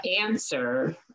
answer